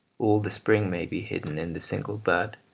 all the spring may be hidden in the single bud,